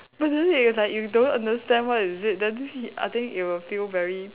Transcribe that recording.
but then it's like you don't understand what is it then he I think you would feel very